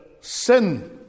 sin